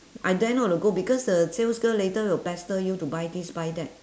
I dare not to go because uh sales girl later will pester you to buy this buy that